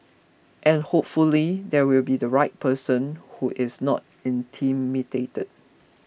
and hopefully there will be the right person who is not intimidated